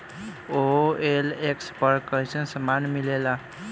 OLX पर कइसन सामान मीलेला?